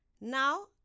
now